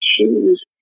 choose